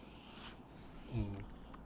mm